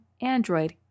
Android